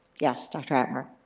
yes, dr. atmar?